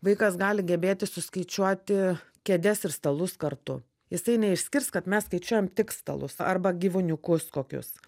vaikas gali gebėti suskaičiuoti kėdes ir stalus kartu jisai neišskirs kad mes skaičiuojam tik stalus arba gyvuniukus kokius